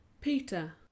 Peter